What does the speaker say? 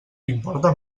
importa